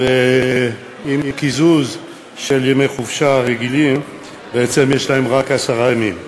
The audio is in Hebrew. ועם קיזוז של ימי החופשה הרגילים בעצם יש להם רק עשרה ימים.